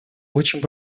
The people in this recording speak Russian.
очень